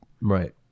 right